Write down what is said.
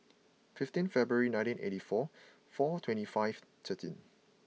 fifteen February nineteen eighty four four twenty five thirteen